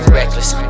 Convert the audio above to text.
reckless